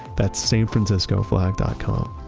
that's sanfranciscoflag dot com.